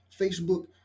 Facebook